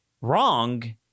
wrong